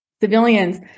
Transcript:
civilians